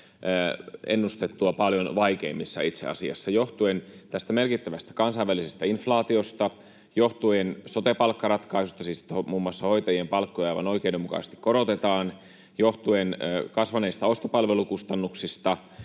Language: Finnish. ennustettua paljon vaikeammissa itse asiassa, johtuen tästä merkittävästä kansainvälisestä inflaatiosta, johtuen sote-palkkaratkaisusta — siis muun muassa hoitajien palkkoja aivan oikeudenmukaisesti korotetaan — johtuen kasvaneista ostopalvelukustannuksista